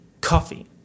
coffee